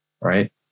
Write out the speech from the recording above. right